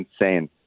insane